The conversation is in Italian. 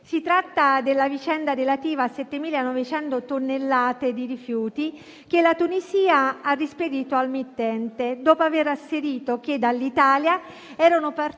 Si tratta della vicenda relativa a 7.900 tonnellate di rifiuti che la Tunisia ha rispedito al mittente dopo aver asserito che dall'Italia erano partiti